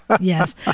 Yes